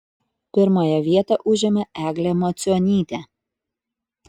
pirmąją vietą užėmė eglė macionytė